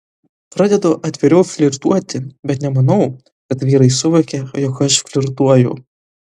pradedu atviriau flirtuoti bet nemanau kad vyrai suvokia jog aš flirtuoju